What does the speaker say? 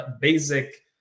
basic